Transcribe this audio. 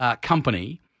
company